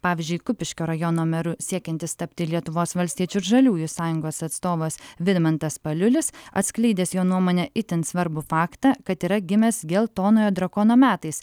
pavyzdžiui kupiškio rajono meru siekiantis tapti lietuvos valstiečių ir žaliųjų sąjungos atstovas vidmantas paliulis atskleidęs jo nuomone itin svarbų faktą kad yra gimęs geltonojo drakono metais